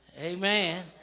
Amen